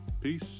Peace